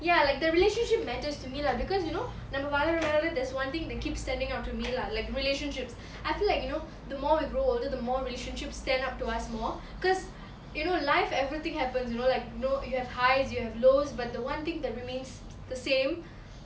ya like the relationship matters to me lah because you know நம்ம வளர வளர:namma valara valara that's one thing to keep standing out to me lah like relationships I feel like you know the more we grow older the more relationships stand out to us more cause you know life everything happens you know like you know you have highs you have lows but the one thing that remains the same